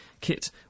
kit